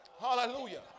Hallelujah